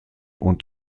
und